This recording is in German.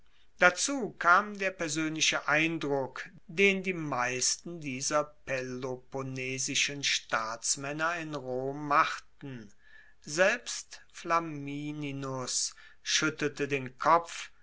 dazu kam der persoenliche eindruck den die meisten dieser peloponnesischen staatsmaenner in rom machten selbst flamininus schuettelte den kopf